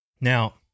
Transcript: now